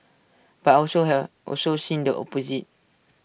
but also have also seen the opposite